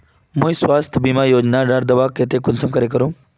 मुई स्वास्थ्य बीमा योजना डार केते दावा कुंसम करे करूम?